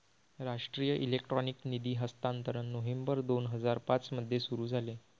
राष्ट्रीय इलेक्ट्रॉनिक निधी हस्तांतरण नोव्हेंबर दोन हजार पाँच मध्ये सुरू झाले